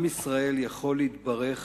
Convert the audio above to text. עם ישראל יכול להתברך